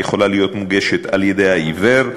יכולה להיות מוגשת על-ידי העיוור,